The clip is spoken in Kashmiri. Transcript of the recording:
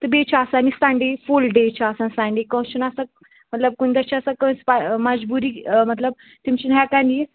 تہٕ بیٚیہِ چھُ آسان یہِ سَنٛڈے فُل ڈے چھُ آسان سَنٛڈے کٲنٛسہِ چھُنہٕ آسان مطلب کُنہِ دۄہ چھِ آسان کٲنٛسہِ مَجبوٗری مطلب تِم چھِنہٕ ہٮ۪کان یِتھ